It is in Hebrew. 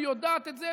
והיא יודעת את זה.